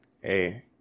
hey